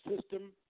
system